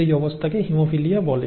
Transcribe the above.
সেই অবস্থাকে হিমোফিলিয়া বলে